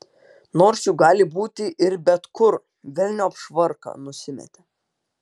nors juk gali būti ir bet kur velniop švarką nusimetė